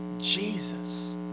Jesus